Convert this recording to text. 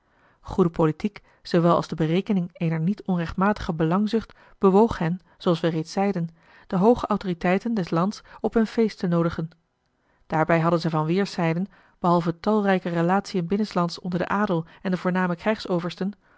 goede politiek zoowel als de berekening eener niet onrechtmatige belangzucht bewoog hen zooals wij reeds zeiden de hooge autoriteiten des lands op hun feest te noodigen daarbij hadden zij van weêrszijden behalve talrijke relatiën binnenslands onder den adel en de voorname